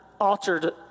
altered